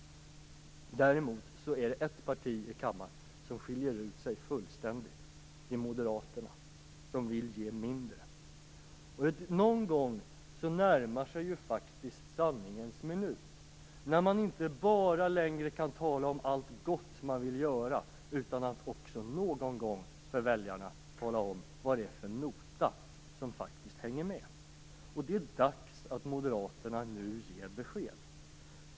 Däremot är det ett parti i kammaren som skiljer ut sig fullständigt. Det är Moderaterna som vill ge mindre. Någon gång närmar sig faktiskt sanningens minut när man inte längre bara kan tala om allt gott man vill göra. Någon gång måste man också tala om för väljarna vad det är för nota som hänger med. Det är dags att Moderaterna ger besked nu.